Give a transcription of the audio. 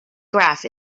graph